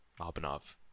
Abanov